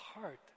heart